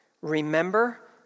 Remember